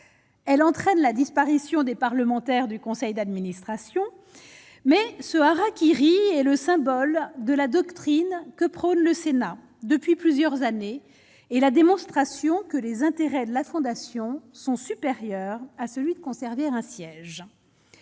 elle entraîne la disparition des parlementaires du conseil d'administration, mais ce hara-kiri et le symbole de la doctrine que prône le Sénat depuis plusieurs années et la démonstration que les intérêts de Latran dation son supérieur à celui de conserver un siège